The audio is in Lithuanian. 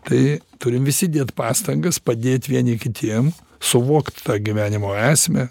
tai turim visi dėt pastangas padėt vieni kitiem suvokt tą gyvenimo esmę